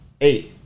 eight